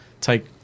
take